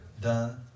done